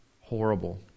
horrible